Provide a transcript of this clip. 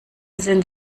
sind